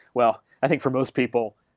well, i think for most people,